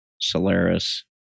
Solaris